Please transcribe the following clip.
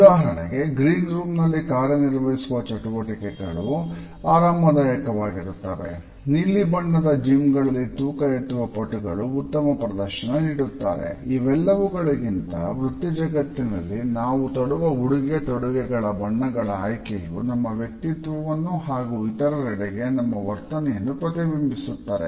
ಉದಾಹರಣೆಗೆ green room ನಲ್ಲಿ ನಿರ್ವಹಿಸುವ ಕಾರ್ಯಚಟುವಟಿಕೆಗಳು ಆರಾಮದಾಯಕವಾಗಿರುತ್ತದೆ ನೀಲಿಬಣ್ಣದ ಜಿಮ್ ಗಳಲ್ಲಿ ತೂಕ ಎತ್ತುವ ಪಟುಗಳು ಉತ್ತಮ ಪ್ರದರ್ಶನ ನೀಡುತ್ತಾರೆ ಇವೆಲ್ಲವುಗಳಿಗಿಂತ ವೃತ್ತಿ ಜಗತ್ತಿನಲ್ಲಿ ನಾವು ತೊಡುವ ಉಡುಗೆ ತೊಡುಗೆಗಳ ಬಣ್ಣಗಳ ಆಯ್ಕೆಯು ನಮ್ಮ ವ್ಯಕ್ತಿತ್ವವನ್ನು ಹಾಗೂ ಇತರರೆಡೆಗೆ ನಮ್ಮ ವರ್ತನೆಯನ್ನು ಪ್ರತಿಬಿಂಬಿಸುತ್ತದೆ